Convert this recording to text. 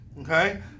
okay